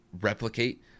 replicate